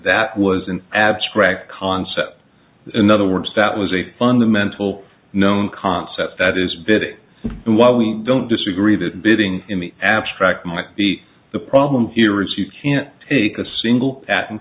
that was an abstract concept in other words that was a fundamental known concept that is bit while we don't disagree that bidding in the abstract might be the problem here is you can't take a single at and